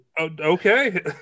Okay